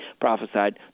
prophesied